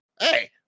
hey